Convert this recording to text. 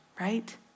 right